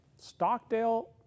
Stockdale